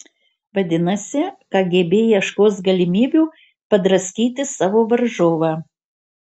vadinasi kgb ieškos galimybių padraskyti savo varžovą